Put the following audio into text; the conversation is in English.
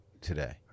today